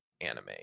anime